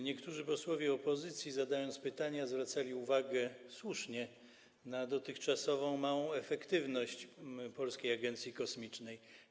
Niektórzy posłowie opozycji zadając pytania słusznie zwracali uwagę na dotychczasową małą efektywność Polskiej Agencji Kosmicznej.